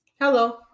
Hello